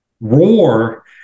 Roar